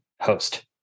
host